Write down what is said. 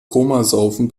komasaufen